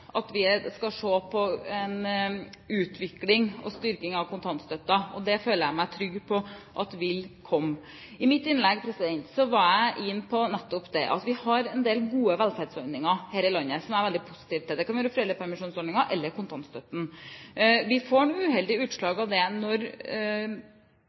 sagt at vi skal se på en utvikling og styrking av kontantstøtten. Det føler jeg meg trygg på at vil komme. I mitt innlegg var jeg inne på nettopp det, at vi har en del gode velferdsordninger her i landet, som jeg er veldig positiv til. Det kan være foreldrepermisjonsordninger eller kontantstøtte. Vi får uheldige utslag